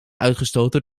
uitgestoten